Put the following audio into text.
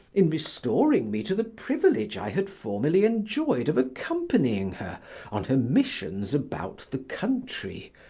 in restoring me to the privilege i had formerly enjoyed of accompanying her on her missions about the country,